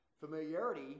familiarity